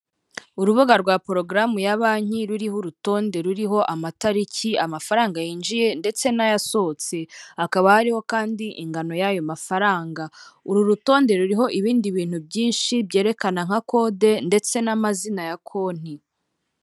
Urubuga rwa porogaramu ya banki ruriho urutonde ruriho amatariki amafaranga yinjiye ndetse n'ayasohotse hakaba hariho kandi ingano y'ayo mafaranga uru rutonde ruriho ibindi bintu byinshi byerekana nka kode ndetse n'amazina ya konti.